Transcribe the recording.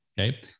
Okay